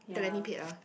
without getting paid ah